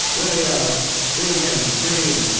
lelia regan reed.